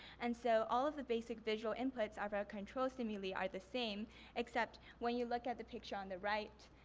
and so all of the basic visual inputs of our control stimuli are the same except when you look at the picture on the right,